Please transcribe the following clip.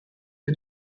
che